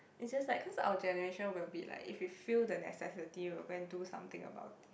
is just like cause our generation will be like if you feel the necessity you'll go and do something about it